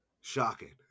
Shocking